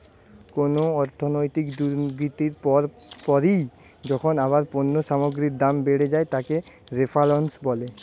কুনো অর্থনৈতিক দুর্গতির পর পরই যখন আবার পণ্য সামগ্রীর দাম বেড়ে যায় তাকে রেফ্ল্যাশন বলে